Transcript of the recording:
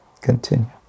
continue